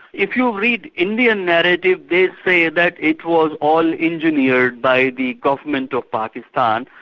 if you read indian narrative, they say that it was all engineered by the government of pakistan,